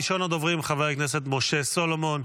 ראשון הדוברים הוא חבר הכנסת משה סולומון.